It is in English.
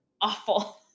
awful